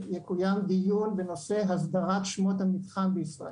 שיקוים דיון בנושא הסדרת שמות המתחם בישראל.